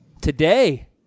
Today